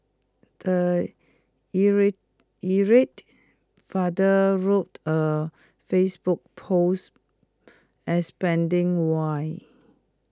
the irate irate father wrote A Facebook post explaining why